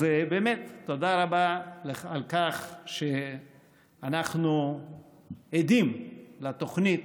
אז באמת, תודה רבה על כך שאנחנו עדים לתוכנית